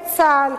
את צה"ל,